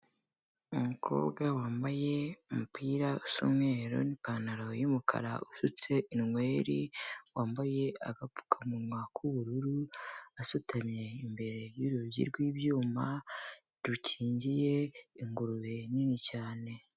Umukobwa wambaye umupira usa umweru n'ipantaro y'umukara usutse inweri, wambaye agapfukamunwa k'ubururu asutamye imbere y'urugi rw'ibyuma rukingiye ingurube nini cyane.